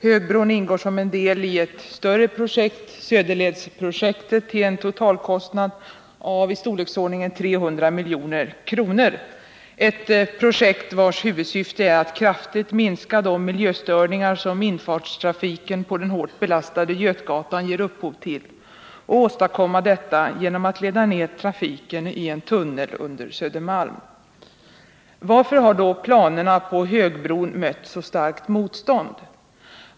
Högbron ingår som en del i ett större projekt, Söderledsprojektet, till en totalkostnad i storleksordningen 300 milj.kr. — ett projekt vars huvudsyfte är att kraftigt minska de miljöstörningar som infartstrafiken på den hårt belastade Götgatan ger upphov till och åstadkomma detta genom att leda ner trafiken i en tunnel under Södermalm. Varför har då planerna på högbron mött så starkt motstånd?